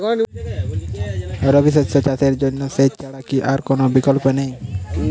রবি শস্য চাষের জন্য সেচ ছাড়া কি আর কোন বিকল্প নেই?